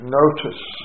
notice